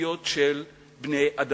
הבסיסיות של בני-אדם?